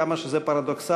כמה שזה פרדוקסלי,